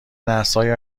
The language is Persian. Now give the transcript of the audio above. نسلهای